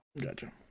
gotcha